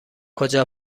کجا